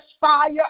fire